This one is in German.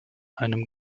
einem